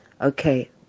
Okay